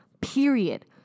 Period